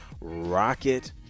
Rocket